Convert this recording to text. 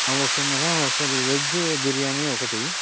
okay madam ఒకసారి veg biryani ఒకటి